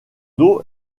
dos